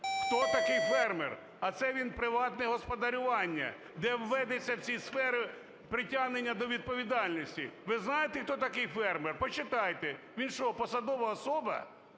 хто такий фермер? А це він приватне господарювання, де вводиться, в ці сфери, притягнення до відповідальності. Ви знаєте, хто такий фермер? Почитайте. Він що, посадова особа?